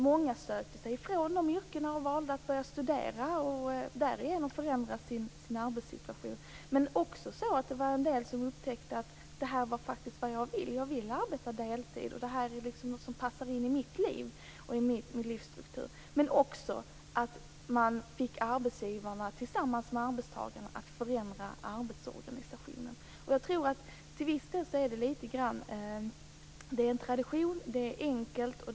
Många sökte sig från dessa yrken och valde att börja studera och därigenom förändra sin arbetssituation. En del upptäckte att deltid var faktiskt det de ville ha, det passade in i deras liv och livsstruktur. Men man fick också arbetsgivarna tillsammans med arbetstagarna att förändra arbetsorganisationen. Jag tror som sagt att det till viss del är lite av tradition här.